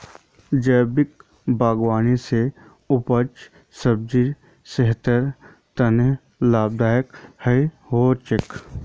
जैविक बागवानी से उगाल सब्जी सेहतेर तने लाभदायक हो छेक